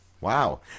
Wow